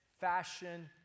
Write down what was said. fashion